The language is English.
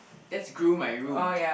that's groom my room